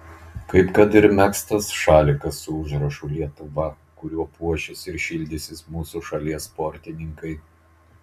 kaip kad ir megztas šalikas su užrašu lietuva kuriuo puošis ir šildysis mūsų šalies sportininkai